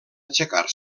aixecar